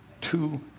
two